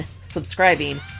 subscribing